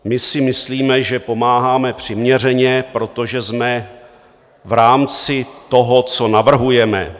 My si myslíme, že pomáháme přiměřeně, protože jsme v rámci toho, co navrhujeme...